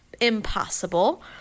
impossible